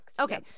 okay